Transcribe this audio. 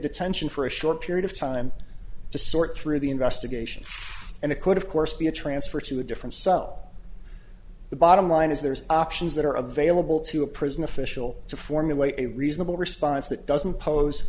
detention for a short period of time to sort through the investigation and it could of course be a transfer to a different cell the bottom line is there's options that are available to a prison official to formulate a reasonable response that doesn't pose